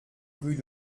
rue